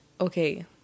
okay